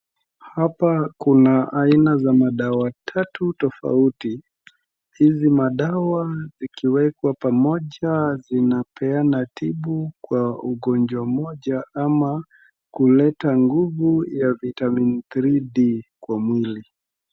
Hapa kuna aina za madawa tatu tofauti, hizi madawa zikiwekwa pamoja zinapeana tibu kwa ugonjwa moja, ama kama kuleta nguvu ya vitamin 3D kwa mwili.